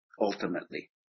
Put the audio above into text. ultimately